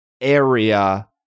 area